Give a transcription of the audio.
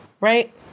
right